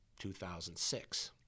2006